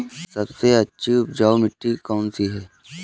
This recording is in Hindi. सबसे अच्छी उपजाऊ मिट्टी कौन सी है?